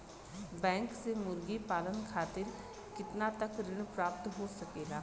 Bank से मुर्गी पालन खातिर कितना तक ऋण प्राप्त हो सकेला?